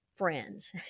friends